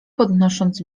podnosząc